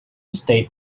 state